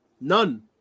none